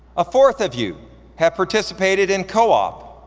ah four of you have participated in co-op,